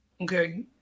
Okay